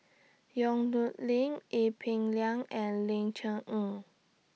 Yong Nyuk Lin Ee Peng Liang and Ling Cher Eng